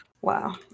Wow